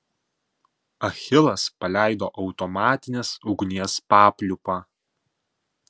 achilas paleido automatinės ugnies papliūpą